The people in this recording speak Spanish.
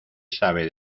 sabe